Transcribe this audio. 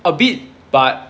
a bit but